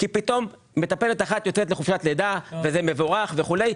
כי פתאום מטפלת אחת יוצאת לחופשת לידה וזה מבורך וכו'.